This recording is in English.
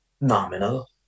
nominal